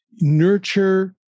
nurture